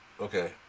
okay